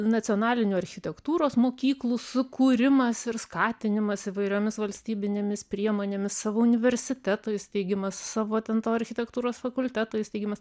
nacionalinių architektūros mokyklų sukūrimas ir skatinimas įvairiomis valstybinėmis priemonėmis savo universiteto įsteigimas savo ten to architektūros fakulteto įsteigimas